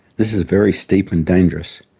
this is very steep and dangerous.